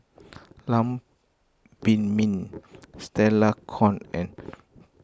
Lam Pin Min Stella Kon and